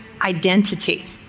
identity